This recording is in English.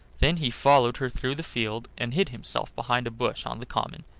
then he followed her through the field, and hid himself behind a bush on the common.